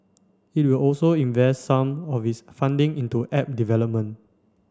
it will also invest some of its funding into app development